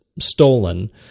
stolen